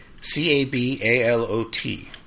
C-A-B-A-L-O-T